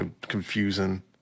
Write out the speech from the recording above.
confusing